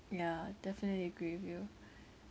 yeah definitely agree with you